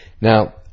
Now